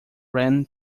ran